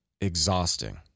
exhausting